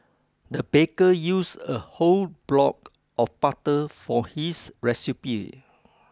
the baker used a whole block of butter for his recipe